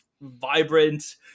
vibrant